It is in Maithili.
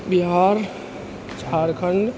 बिहार झारखण्ड